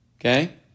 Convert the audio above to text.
Okay